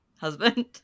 husband